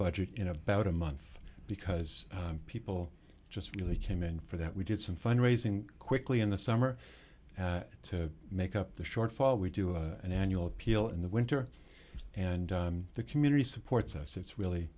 budget in about a month because people just really came in for that we did some fundraising quickly in the summer to make up the shortfall we do an annual appeal in the winter and the community supports us it's really